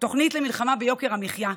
תוכנית למלחמה ביוקר המחיה.